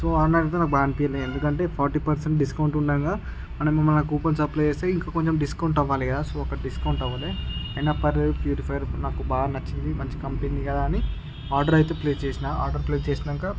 so online అయితే నాకు బాగా అనిపియలే ఎందుకంటే ఫార్టీ పర్సెంట్ డిస్కౌంట్ ఉండంగా మనం మన కూపన్స్ అప్లై చేస్తే ఇంక కొంచం డిస్కౌంట్ అవ్వాలి కదా సో అక్కడ డిస్కౌంట్ అవ్వలే అయినా పర్ ప్యూరిఫయర్ నాకు బాగా నచ్చింది మంచి కంపెనీ కదా అని ఆర్డర్ అయితే ప్లేస్ చేసిన ఆర్డర్ ప్లేస్ చేసినంక